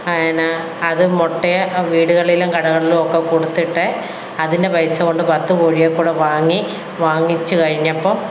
പിന്നെ അതു മുട്ടയെ വീടുകളിലും കടകളിലുമൊക്കെ കൊടുത്തിട്ട് അതിൻ്റെ പൈസ കൊണ്ട് പത്തു കോഴിയെക്കൂടി വാങ്ങി വാങ്ങിച്ചു കഴിഞ്ഞപ്പം